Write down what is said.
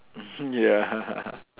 mmhmm ya